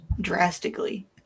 drastically